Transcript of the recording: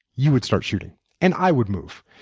you would start shooting and i would move.